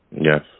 Yes